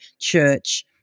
church